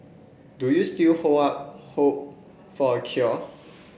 do you still hold out hope for a cure